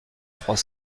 trois